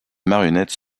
marionnette